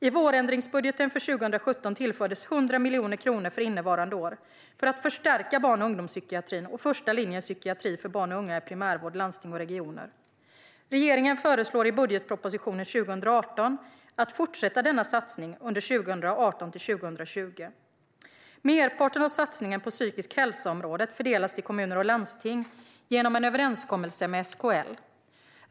I vårändringsbudgeten för 2017 tillfördes 100 miljoner kronor för innevarande år för att förstärka barn och ungdomspsykiatrin och första linjens psykiatri för barn och unga i primärvården i landstingen och regionerna. Regeringen föreslår i budgetpropositionen för 2018 att fortsätta denna satsning under 2018-2020. Merparten av satsningen på området psykisk hälsa fördelas till kommuner och landsting genom en överenskommelse med SKL.